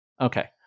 Okay